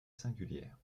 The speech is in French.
singulière